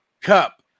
Cup